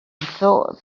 thought